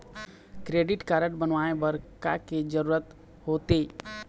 Credit card बनवाए बर का के जरूरत होते?